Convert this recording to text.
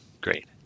Great